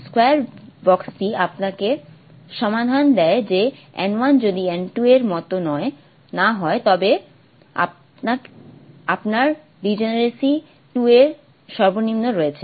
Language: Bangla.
স্কয়ার বক্সটি আপনাকে সমাধান দেয় যে n 1 যদি n 2 এর মতো না হয় তবে আপনার ডিজেনেরেসি 2 এর সর্বনিম্ন রয়েছে